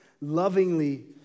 lovingly